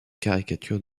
caricature